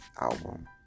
album